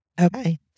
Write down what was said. Okay